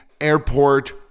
airport